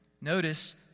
notice